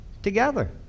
together